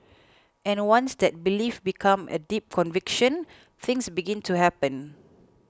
and once that belief becomes a deep conviction things begin to happen